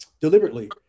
deliberately